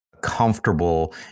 comfortable